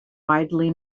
widely